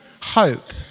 hope